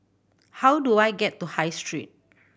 how do I get to High Street